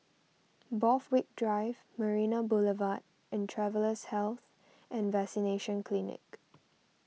Borthwick Drive Marina Boulevard and Travellers' Health and Vaccination Clinic